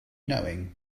knowing